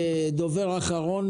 דובר אחרון.